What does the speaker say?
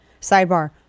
Sidebar